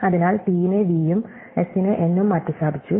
അതിനാൽ t നെ v ഉം s നെ n ഉം മാറ്റിസ്ഥാപിച്ചു